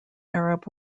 arab